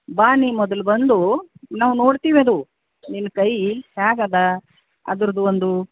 ಬಾ ನೀ ಮೊದ್ಲು ಬಂದು ನಾವು ನೋಡ್ತೀವಿ ಅದು ನಿನ್ನ ಕೈ ಹ್ಯಾಗೆ ಅದ ಅದ್ರುದ್ದು ಒಂದು